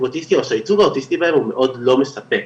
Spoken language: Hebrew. אוטיסטי או שהייצוג האוטיסטי בהם הוא מאוד לא מספק,